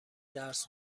درس